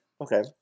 okay